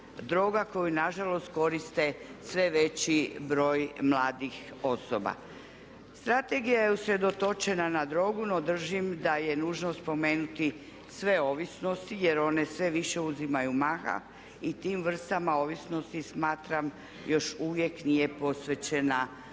droga koju nažalost koriste sve veći broj mladih osoba. Strategija je usredotočena na drogu no držim da je nužno spomenuti sve ovisnosti jer one sve više uzimaju maha i tim vrstama ovisnosti smatram još uvijek nije posvećena dovoljna